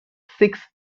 six